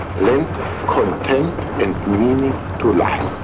lend content and meaning to life.